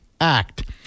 act